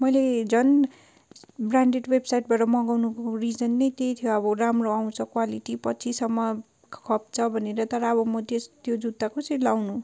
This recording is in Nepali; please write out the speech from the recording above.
मैले झन् ब्रान्डेड वेबसाइटबाट मगाउनको रिजन नै त्यही थियो अब राम्रो आउँछ क्वालिटी पछिसम्म खप्छ भनेर तर अब म त्यस त्यो जुत्ता कसरी लगाउनु